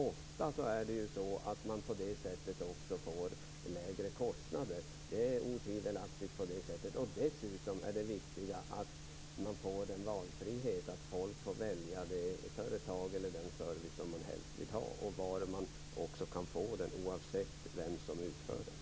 Ofta är det så att man på det sättet får lägre kostnader. Otvivelaktigt är det så. Dessutom är det viktigt att man får en valfrihet så att folk får välja de företag och den service som man helst vill ha och också kan få det oavsett vem som utför arbetet.